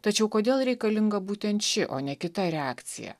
tačiau kodėl reikalinga būtent ši o ne kita reakcija